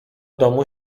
domu